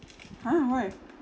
!huh! why